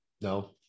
No